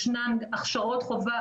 יש הכשרות חובה.